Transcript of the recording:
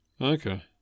Okay